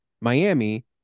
Miami